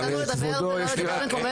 אפשר לתת לנו לדבר ולא לדבר במקומנו?